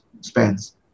spends